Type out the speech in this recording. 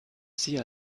sie